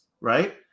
right